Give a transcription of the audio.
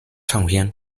唱片